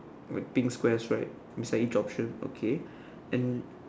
like pink squares right it's like each option okay and